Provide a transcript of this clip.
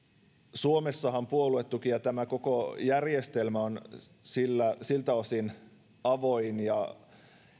suomessahan puoluetuki ja tämä koko järjestelmä on siltä osin avoin ja